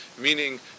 Meaning